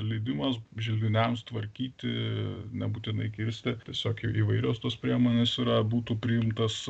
leidimas želdiniams tvarkyti nebūtinai kirsti tiesiog įvairios tos priemonės yra būtų priimtas